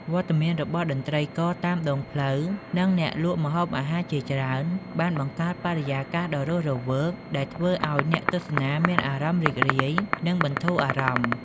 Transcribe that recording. វត្តមានរបស់តន្ត្រីករតាមដងផ្លូវ និងអ្នកលក់ម្ហូបអាហារជាច្រើន បានបង្កើតបរិយាកាសដ៏រស់រវើក ដែលធ្វើឱ្យអ្នកទស្សនាមានអារម្មណ៍រីករាយ និងបន្ធូរអារម្មណ៍។